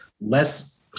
less